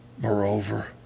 Moreover